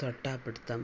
തൊട്ടാപിടിത്തം